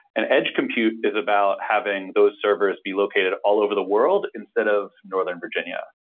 and edge compute is about having those servers be located all over the world instead of northern virginia.